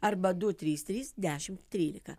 arba du trys trys dešimt trylika